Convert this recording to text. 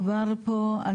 מדובר פה על